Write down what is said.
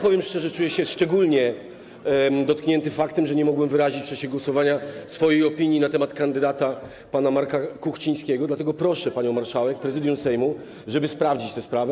Powiem szczerze, że czuję się szczególnie dotknięty faktem, że nie mogłem wyrazić w czasie głosowania swojej opinii na temat kandydata, pana Marka Kuchcińskiego, dlatego proszę panią marszałek, Prezydium Sejmu, żeby sprawdzić tę sprawę.